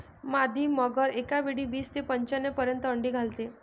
मादी मगर एकावेळी वीस ते पंच्याण्णव पर्यंत अंडी घालते